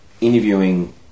interviewing